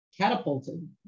catapulted